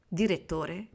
direttore